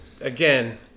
again